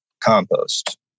compost